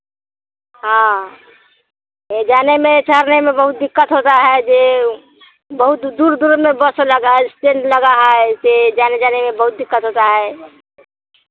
हाँ ले जाने में जाने में बहुत दिक्कत होता है यह बहुत दूर दूर में बस लगा स्टैन्ड लगा है ऐसे जाने जाने में बहुत दिक्कत होता है